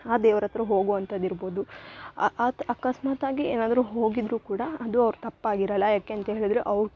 ಆ ದೇವ್ರಹತ್ರ ಹೋಗುವಂಥದ್ ಇರ್ಬೋದು ಆತ್ ಅಕಸ್ಮಾತಾಗಿ ಏನಾದರು ಹೋಗಿದ್ರು ಕೂಡ ಅದು ಅವ್ರ ತಪ್ಪಾಗಿರೊಲ್ಲ ಯಾಕೆ ಅಂತ ಹೇಳಿದರೆ ಅವ್ರು